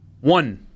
one